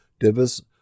Divis